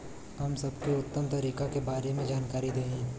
हम सबके उत्तम तरीका के बारे में जानकारी देही?